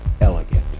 elegant